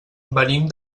venim